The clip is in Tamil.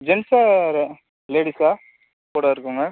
ஜென்ட்ஸா இல்லை லேடீஸா கூட இருக்கறவுங்க